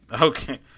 Okay